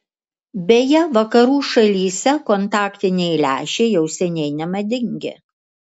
beje vakarų šalyse kontaktiniai lęšiai jau seniai nemadingi